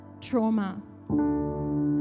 trauma